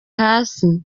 hasi